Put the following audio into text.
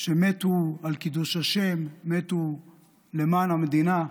שהם מתו על קידוש השם, מתו למען המדינה.